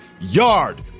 yard